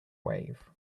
wave